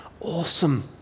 Awesome